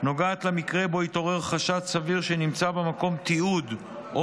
נוגעת למקרה שבו התעורר חשד סביר שנמצא במקום תיעוד או